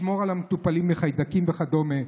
לשמור על המטופלים מחיידקים וכדומה,